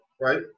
right